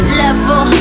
level